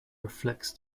reflects